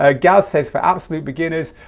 ah gaz says for absolute beginners,